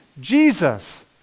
Jesus